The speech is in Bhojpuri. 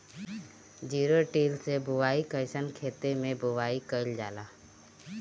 जिरो टिल से बुआई कयिसन खेते मै बुआई कयिल जाला?